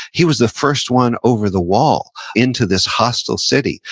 he was the first one over the wall into this hostile city.